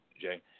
Jay